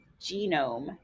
genome